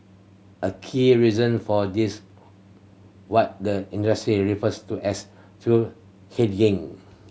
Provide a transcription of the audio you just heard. a key reason for this what the industry refers to as fuel hedging